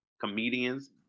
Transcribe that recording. Comedians